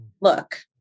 look